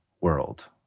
world